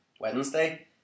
Wednesday